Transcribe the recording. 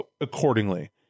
accordingly